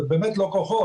אלה באמת לא כוחות.